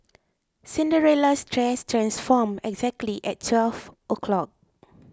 Cinderella's dress transformed exactly at twelve o'clock